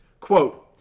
Quote